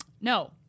no